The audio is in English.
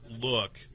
look